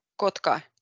Kotka